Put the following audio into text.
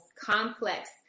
complex